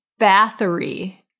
Bathory